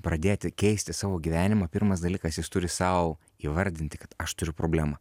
pradėti keisti savo gyvenimą pirmas dalykas jis turi sau įvardinti kad aš turiu problemą